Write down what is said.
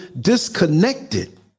disconnected